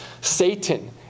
Satan